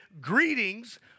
greetings